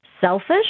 selfish